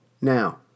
now